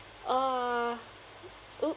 ugh !oops!